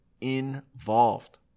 involved